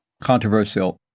Controversial